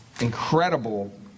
incredible